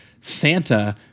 Santa